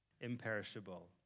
imperishable